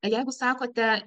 jeigu sakote